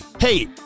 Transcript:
Hey